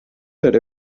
that